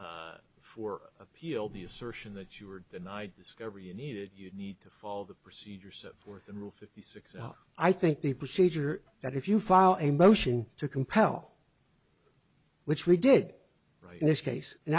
for appeal the assertion that you were denied discovery you need it you need to follow the procedure set forth in rule fifty six i think the procedure that if you file a motion to compel which we did right in this case and